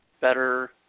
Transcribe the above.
better